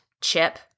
Chip